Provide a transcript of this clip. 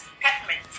peppermint